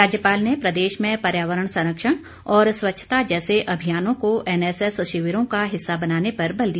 राज्यपाल ने प्रदेश में पर्यावरण संरक्षण और स्वच्छता जैसे अभियानों को एनएसएस शिविरों का हिस्सा बनाने पर बल दिया